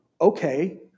Okay